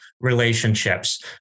relationships